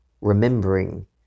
remembering